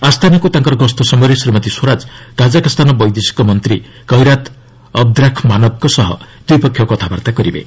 ଆସ୍ତାନାକୁ ତାଙ୍କର ଗସ୍ତ ସମୟରେ ଶ୍ରୀମତୀ ସ୍ୱରାଜ କାଜାଖସ୍ତାନ ବୈଦେଶିକ ମନ୍ତ୍ରୀ କଇରାତ୍ ଅବଦ୍ରାଖ୍ମାନବ୍ଙ୍କ ସହ ଦ୍ୱିପକ୍ଷୀୟ କଥାବାର୍ତ୍ତା କରିବେ